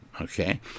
Okay